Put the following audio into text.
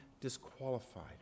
disqualified